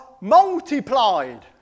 multiplied